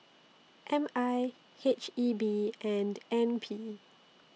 M I H E B and N P